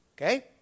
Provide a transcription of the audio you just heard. Okay